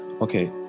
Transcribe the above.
Okay